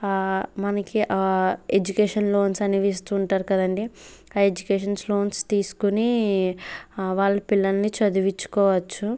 మనకి education loans అనేవి ఇస్తుంటారు కదండీ ఆ ఎడ్యుకేషన్ లోన్స్ తీస్కుని వాళ్ళ పిల్లల్ని చదివించుకోవచ్చు